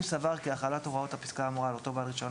אם סבר כי החלת הוראות הפסקה האמורה על אותו בעל רישיון